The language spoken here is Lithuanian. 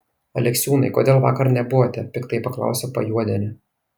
aleksiūnai kodėl vakar nebuvote piktai paklausė pajuodienė